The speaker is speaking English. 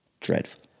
Dreadful